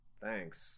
Thanks